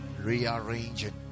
rearranging